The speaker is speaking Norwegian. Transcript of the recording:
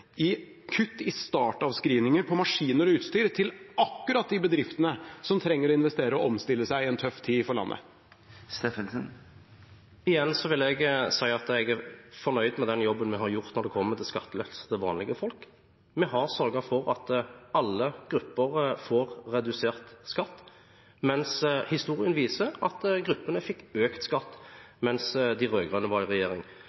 i kutt i startavskrivninger på maskiner og utstyr til akkurat de bedriftene som trenger å investere og omstille seg i en tøff tid for landet? Igjen vil jeg si at jeg er fornøyd med den jobben vi har gjort når det kommer til skattelettelser til vanlige folk. Vi har sørget for at alle grupper får redusert skatt, mens historien viser at gruppene fikk økt skatt mens de rød-grønne var i regjering.